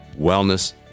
wellness